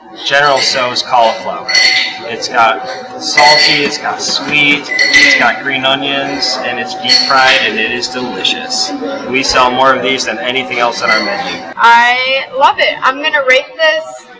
general so cauliflower it's got salty, it's got sweet got green onions, and it's deep fried and it is delicious we sell more of these than anything else in our menu i love it! i'm going to rate this.